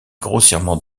grossièrement